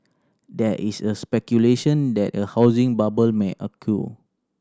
there is a speculation that a housing bubble may